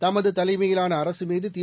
தமது தலைமையிலான அரசு மீது தி